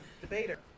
debater